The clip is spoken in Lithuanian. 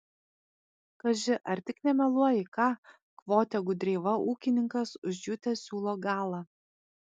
kaži ar tik nemeluoji ką kvotė gudreiva ūkininkas užjutęs siūlo galą